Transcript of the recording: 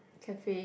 cafe